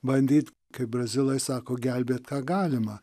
bandyt kaip brazilai sako gelbėt ką galima